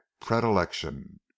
predilection